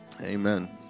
Amen